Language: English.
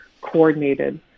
coordinated